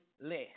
less